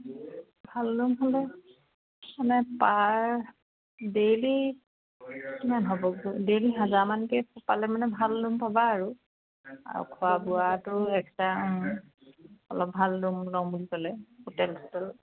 ভাল ৰুম হ'লে মানে পাৰ ডেইলি কিমান হ'ব ডেইলি হাজাৰমানকে পালে মানে ভাল ৰুম পবা আৰু আৰু খোৱা বোৱাটো এক্সট্ৰা অলপ ভাল ৰুম ল'ম বুলি ক'লে হোটেল চোটেল